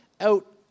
out